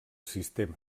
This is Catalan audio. sistema